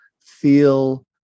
feel